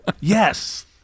Yes